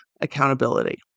accountability